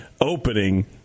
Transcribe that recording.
opening